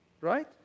right